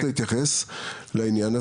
בהחלט, אז אני אשמח בהחלט להתייחס לעניין הזה.